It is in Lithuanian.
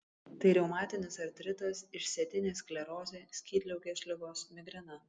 tai reumatinis artritas išsėtinė sklerozė skydliaukės ligos migrena